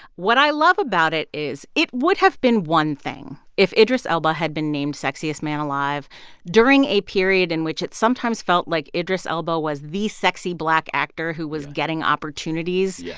what i love about it is it would have been one thing if idris elba had been named sexiest man alive during a period in which it sometimes felt like idris elba was the sexy black actor who was getting opportunities. yeah.